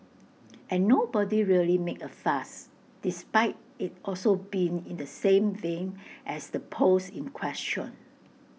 and nobody really made A fuss despite IT also being in the same vein as the post in question